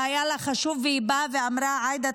והיה לה חשוב והיא באה ואמרה: עאידה,